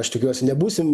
aš tikiuosi nebūsim